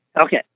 Okay